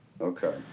Okay